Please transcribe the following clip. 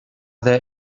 there